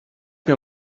mir